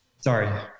Sorry